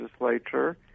legislature